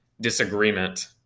disagreement